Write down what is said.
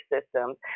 systems